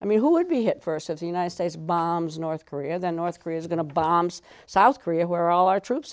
i mean who would be hit first of the united states bombs north korea the north korea is going to bombs south korea where all our troops